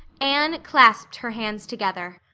anne clasped her hands together,